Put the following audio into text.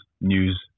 news